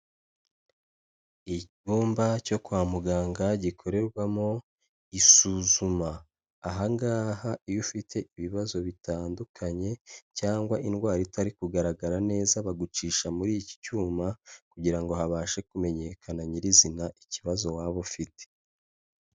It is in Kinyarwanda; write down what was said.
Icyumba cyo kwa muganga gikorerwamo isuzuma, aha ngaha iyo ufite ibibazo bitandukanye cyangwa indwara itari kugaragara neza bagucisha muri iki cyuma kugira ngo habashe kumenyekana nyirizina ikibazo waba ufite.